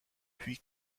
puis